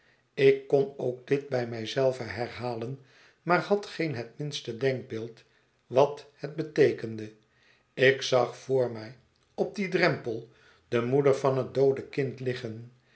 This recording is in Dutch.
ik kon ook dit bij mij zelve herhalen maar had geen het minste denkbeeld wat het beteekende ik zag voor mij op dien drempel de moeder van het doode kind liggen